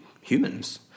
humans